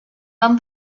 van